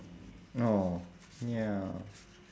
!aww! ya